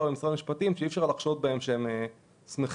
והמשפטים שאי-אפשר לחשוד בהם שהם שמחים